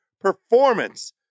performance